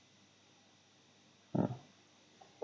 mm